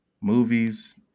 movies